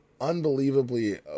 unbelievably